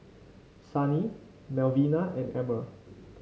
Sunny Melvina and Emmer